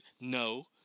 No